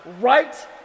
right